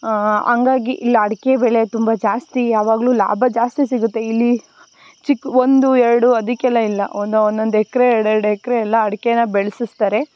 ಹಂಗಾಗಿ ಇಲ್ಲಿ ಅಡಿಕೆ ಬೆಲೆ ತುಂಬ ಜಾಸ್ತಿ ಯಾವಾಗಲೂ ಲಾಭ ಜಾಸ್ತಿ ಸಿಗುತ್ತೆ ಇಲ್ಲಿ ಚಿಕ್ಕ ಒಂದು ಎರಡು ಅದಕ್ಕೆಲ್ಲ ಇಲ್ಲ ಒಂದು ಒಂದೊಂದು ಎಕ್ರೆ ಎರಡೆರಡು ಎಕ್ರೆ ಎಲ್ಲ ಅಡಿಕೆನ ಬೆಳೆಸಿಸ್ತಾರೆ